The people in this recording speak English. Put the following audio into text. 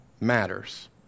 matters